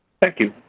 thank you.